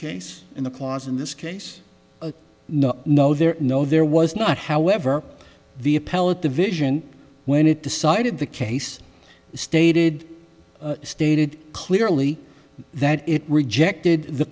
case in the clause in this case a no no there no there was not however the appellate division when it decided the case stated stated clearly that it rejected the